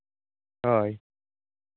ᱦᱳᱭ